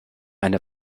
eine